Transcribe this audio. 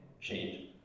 change